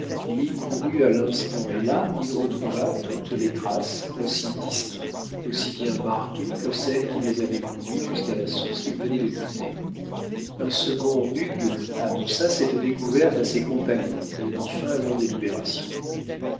il y courut à l'instant et là il retrouva toutes les traces aussi distinctes aussi bien marquées que celles qui les avaient conduits jusqu'à la source qu'ils venaient de quitter un second hugh annonça cette découverte à ses compagnons et mit fin à leur délibération